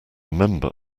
member